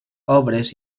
obres